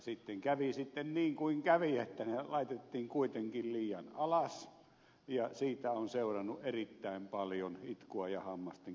sitten kävi niin kuin kävi että ne kynnysarvot laitettiin kuitenkin liian alas ja siitä on seurannut erittäin paljon itkua ja hammastenkiristystä